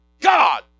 God